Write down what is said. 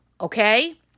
okay